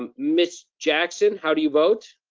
um miss jackson, how do you vote?